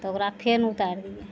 तऽ ओकरा फेन उतारि दियै